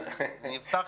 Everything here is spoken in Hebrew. אני הבטחתי.